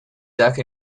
duck